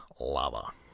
lava